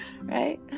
Right